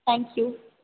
thank you